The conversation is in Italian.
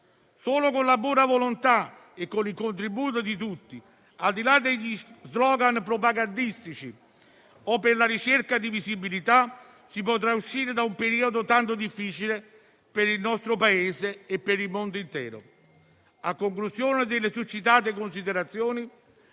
Solo con la buona volontà e il contributo di tutti, al di là degli *slogan* propagandistici o per la ricerca di visibilità, si potrà uscire da un periodo tanto difficile per il nostro Paese e il mondo intero. A conclusione delle succitate considerazioni,